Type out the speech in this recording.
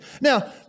Now